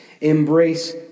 Embrace